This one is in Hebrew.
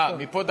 אה, מפה דקה?